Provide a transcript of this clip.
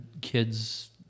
kids